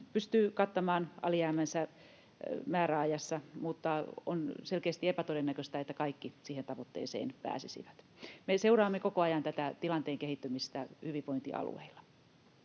pystyy kattamaan alijäämänsä määräajassa, mutta on selkeästi epätodennäköistä, että kaikki siihen tavoitteeseen pääsisivät. Me seuraamme koko ajan tätä tilanteen kehittymistä hyvinvointialueilla.